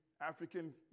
African